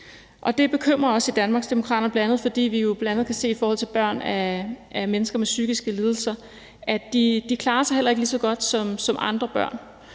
Det bekymrer os i Danmarksdemokraterne, bl.a. fordi vi jo i forhold til børn af mennesker med psykiske lidelser kan se, at de heller ikke klarer sig så godt som andre børn,